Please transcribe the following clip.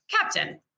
captain